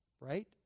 right